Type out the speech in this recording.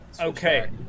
Okay